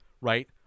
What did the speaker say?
Right